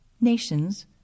Nations